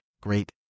great